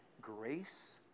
grace